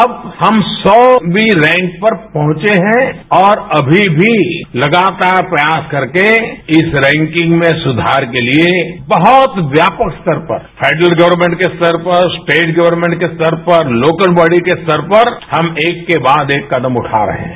अब हम सौंवी रैंक पर पहंचे हैं और अभी भी लगातार प्रयास करके इस रैंकिंग में सुधार के लिए बहुत व्यापक स्तर पर सेट्रल गवर्मैंट के स्तर पर स्टेट गवर्मैंट के स्तर पर लोकल बॉडी के स्तर पर हम एक के बाद एक कदम उग रहे हैं